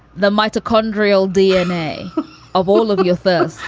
the mitochondrial dna of all of your thoughts.